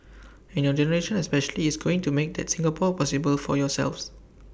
and your generation especially is going to make that Singapore possible for yourselves